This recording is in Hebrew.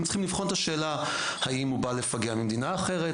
צריכים לבחון את השאלה "האם הוא בא לפגע ממדינה אחרת,